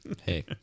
hey